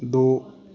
ਦੋ